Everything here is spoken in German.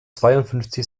zweiundfünfzig